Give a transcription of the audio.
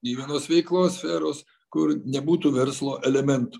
nei vienos veiklos sferos kur nebūtų verslo elementų